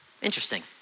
Interesting